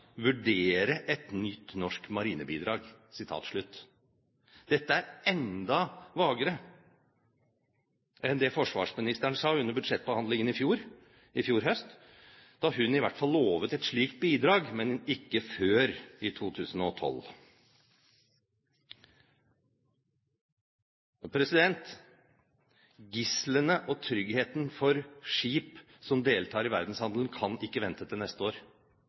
et nytt norsk marinebidrag». Dette er enda vagere enn det forsvarsministeren sa under budsjettbehandlingen i fjor høst, da hun i hvert fall lovet et slikt bidrag, men ikke før i 2012. Gislene og tryggheten for skip som deltar i verdenshandelen, kan ikke vente til neste år.